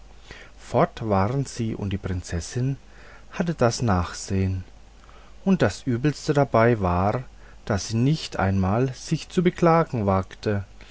fort waren sie und die prinzessin hatte das nachsehen und das übelste dabei war daß sie nicht einmal sich zu beklagen wagte